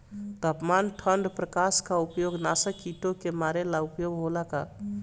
तापमान ठण्ड प्रकास का उपयोग नाशक कीटो के मारे ला उपयोग होला का?